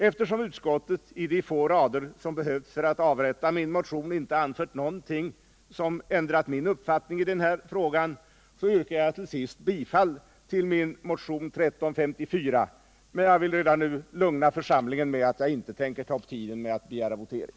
Eftersom utskottet i de få rader som behövts för att avrätta min motion inte anfört något som ändrat min uppfattning i den här frågan yrkar jag till sist bifall till motion nr 1354, men jag vill redan nu lugna församlingen med att jag inte tänker ta upp tiden med att begära votering.